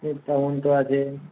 এর তেমন তো আছে